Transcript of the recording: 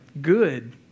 good